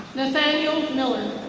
nathaniel miller.